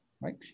right